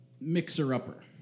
Mixer-upper